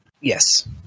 Yes